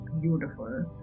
beautiful